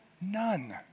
none